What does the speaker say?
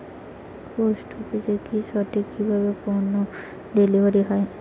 Post অফিসে কি সঠিক কিভাবে পন্য ডেলিভারি হয়?